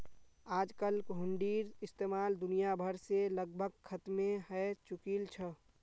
आजकल हुंडीर इस्तेमाल दुनिया भर से लगभग खत्मे हय चुकील छ